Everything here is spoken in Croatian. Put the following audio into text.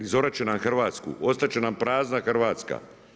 Izorat će nam Hrvatsku, ostat će nam prazna Hrvatska.